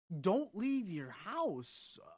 don't-leave-your-house